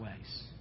ways